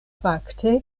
fakte